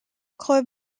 club